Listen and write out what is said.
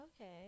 Okay